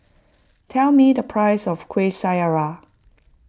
tell me the price of Kuih Syara